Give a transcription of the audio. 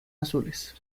azules